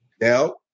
Now